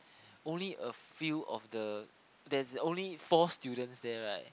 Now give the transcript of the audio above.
only a few of the there's only four students there [right]